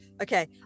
Okay